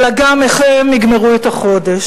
אלא גם איך הם יגמרו את החודש.